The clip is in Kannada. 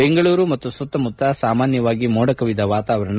ಬೆಂಗಳೂರು ಮತ್ತು ಸುತ್ತಮತ್ತ ಸಾಮಾನ್ಯವಾಗಿ ಮೋಡ ಕವಿದ ವಾತಾವರಣ